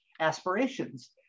aspirations